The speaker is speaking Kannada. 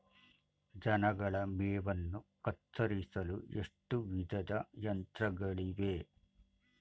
ದನಗಳ ಮೇವನ್ನು ಕತ್ತರಿಸಲು ಎಷ್ಟು ವಿಧದ ಯಂತ್ರಗಳಿವೆ?